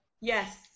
Yes